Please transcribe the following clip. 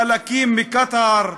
חלקים מקטאר.